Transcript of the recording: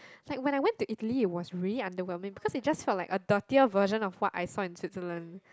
it's like when I went to Italy it was really underwhelming because it just felt like a dirtier version of what I saw in Switzerland